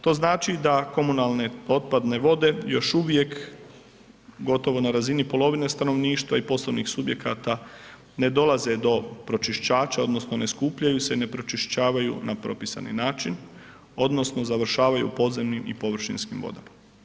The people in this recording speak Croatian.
To znači da komunalne otpadne vode još uvijek gotovo na razini polovine stanovništva i poslovnih subjekata ne dolaze do pročišćača odnosno ne skupljaju se, ne pročišćavaju na propisani način odnosno završavaju u podzemnim i površinskim vodama.